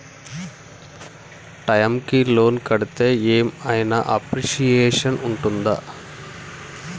Time కి loan కడ్తే ఏం ఐనా అప్రిషియేషన్ ఉంటదా?